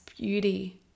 beauty